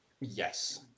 Yes